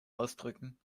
ausdrücken